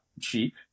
cheap